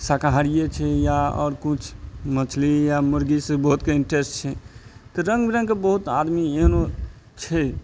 शाकाहारिये छै या आओर किछु मछली या मुर्गी से बहुतके इंटरेस्ट छै तऽ रङ्ग बिरङ्गके बहुत आदमी एहनो छै